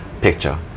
picture